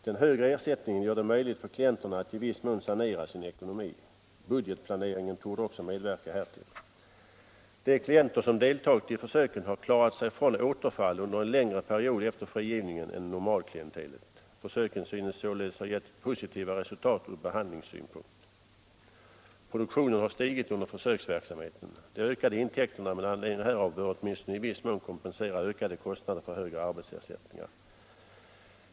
Den högre ersättningen gör det möjligt för klienterna att i viss mån sanera sin ekonomi. Budgetplaneringen torde också medverka härtill. De klienter som deltagit i försöken har klarat sig från återfall under en längre period efter frigivningen än normalklientelet. Försöken synes sålunda ha gett positiva resultat ur behandlingssynpunkt. Produktionen har stigit under försöksverksamheten. De ökade intäkterna med anledning härav bör åtminstone i viss mån kompensera ökade kostnader för högre arbetsersättningar.